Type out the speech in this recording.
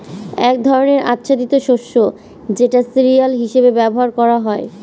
এক ধরনের আচ্ছাদিত শস্য যেটা সিরিয়াল হিসেবে ব্যবহার করা হয়